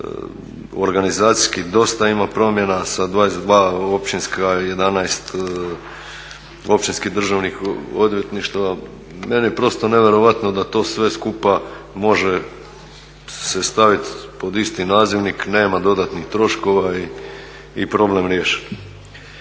da organizacijski dosta ima promjena sa 22 općinska, 11 općinskih državnih odvjetništava. Meni je prosto nevjerojatno da to sve skupa može se staviti pod isti nazivnik, nema dodatnih troškova i problem riješen.